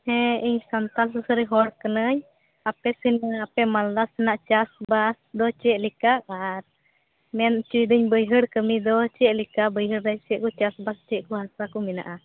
ᱦᱮᱸ ᱤᱧ ᱥᱟᱱᱛᱟᱲ ᱥᱩᱥᱟᱹᱨᱤ ᱦᱚᱲ ᱠᱟᱹᱱᱟᱹᱧ ᱟᱯᱮ ᱥᱮᱱᱟᱜ ᱢᱟᱞᱫᱟ ᱥᱮᱱᱟᱜ ᱪᱟᱥᱼᱵᱟᱥ ᱫᱚ ᱪᱮᱫ ᱞᱮᱠᱟ ᱵᱷᱟᱨ ᱢᱮᱱ ᱚᱪᱚᱭᱮᱫᱟᱹᱧ ᱵᱟᱹᱭᱦᱟᱹᱲ ᱠᱟᱹᱢᱤ ᱫᱚ ᱪᱮᱫ ᱞᱮᱠᱟ ᱵᱟᱹᱭᱦᱟᱹᱲ ᱨᱮ ᱪᱮᱫ ᱠᱚ ᱪᱟᱥ ᱵᱟᱥ ᱪᱮᱫ ᱠᱚ ᱦᱟᱥᱟ ᱠᱚ ᱢᱮᱱᱟᱜᱼᱟ